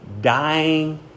dying